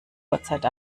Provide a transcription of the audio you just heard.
uhrzeit